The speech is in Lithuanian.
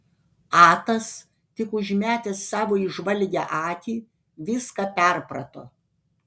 atas tik užmetęs savo įžvalgią akį viską perprato